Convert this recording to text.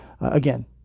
Again